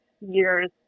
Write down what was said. years